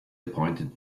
appointed